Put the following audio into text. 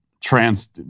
Trans